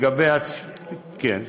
הן הוקמו?